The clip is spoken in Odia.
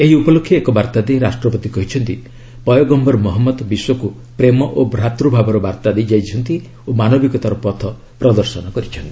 ଏହି ଉପଲକ୍ଷେ ଏକ ବାର୍ତ୍ତା ଦେଇ ରାଷ୍ଟପତି କହିଛନ୍ତି ପୟଗମ୍ଘର୍ ମହମ୍ମଦ୍ ବିଶ୍ୱକୁ ପ୍ରେମ ଓ ଭ୍ରାତୃଭାବର ବାର୍ତ୍ତା ଦେଇ ଯାଇଛନ୍ତି ଓ ମାନବିକତାର ପଥ ପ୍ରଦର୍ଶନ କରିଛନ୍ତି